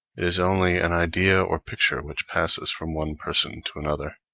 it is only an idea or picture which passes from one person to another.